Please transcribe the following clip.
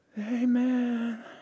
Amen